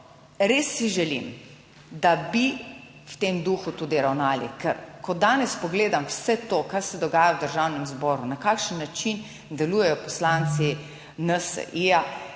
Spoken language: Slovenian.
Res si želim, da bi v tem duhu tudi ravnali, ker ko danes pogledam vse to, kar se dogaja v Državnem zboru, na kakšen način delujejo poslanci NSi,